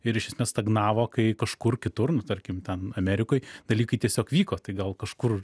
ir iš esmės stagnavo kai kažkur kitur nu tarkim ten amerikoj dalykai tiesiog vyko tai gal kažkur